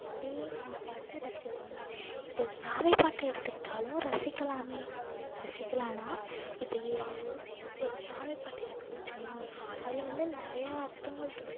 எப்படி அந்த பாட்டை ரசிப்பாங்க இப்போ சாமி பாட்டை எடுத்துக்கிட்டாலும் ரசிக்கலாம் ரசிக்கலாம்னா இப்போ ஒரு சாமி பாட்டு இருக்குன்னு வச்சிகோங்களேன் அதில் வந்து நிறையா அர்த்தங்கள் இருக்கும்